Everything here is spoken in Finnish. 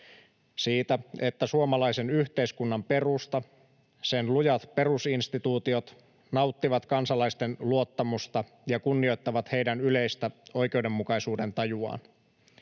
siitä, että suomalaisen yhteiskunnan perusta, sen lujat perusinstituutiot, nauttivat kansalaisten luottamusta ja kunnioittavat heidän yleistä oikeudenmukaisuudentajuaan.